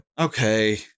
Okay